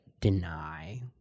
deny